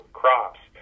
crops